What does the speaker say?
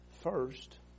first